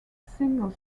single